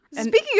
Speaking